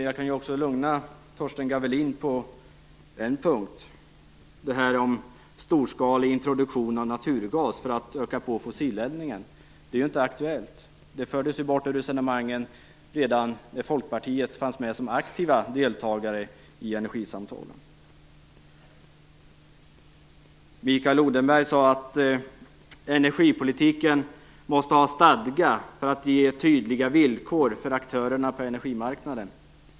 Jag kan också lugna Torsten Gavelin på en punkt, och det gäller storskalig introduktion av naturgas för att öka fossileldningen. Det är ju inte aktuellt. Det fördes ut ur resonemanget redan när Folkpartiet fanns med som aktiv deltagare i energisamtalen. Mikael Odenberg sade att energipolitiken måste ha stadga för att ge tydliga villkor för aktörerna på energimarknaden.